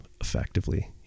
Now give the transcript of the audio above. effectively